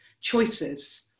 choices